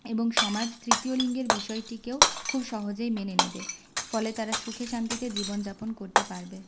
এবং সমাজ তৃতীয় লিঙ্গের বিষয়টিকেও খুব সহজেই মেনে নেবে ফলে তারা সুখে শান্তিতে জীবনযাপন করতে পারবে